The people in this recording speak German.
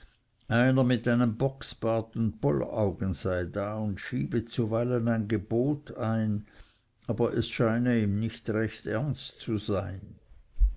einer mit einem bocksbart und bollaugen sei da und schiebe zuweilen ein gebot ein aber es scheine ihm nicht recht ernst zu sein